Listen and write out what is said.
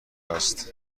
است